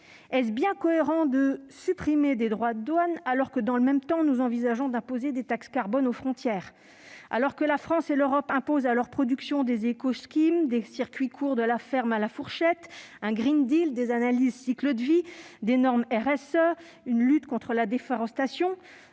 est-il bien cohérent de supprimer des droits de douane, alors que, dans le même temps, nous envisageons d'imposer des taxes carbone aux frontières ? Alors que la France et l'Europe imposent à leur production des écoschémas, des circuits courts de la ferme à la fourchette, un, des analyses du cycle de vie, des normes RSE, une lutte contre la déforestation,